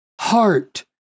heart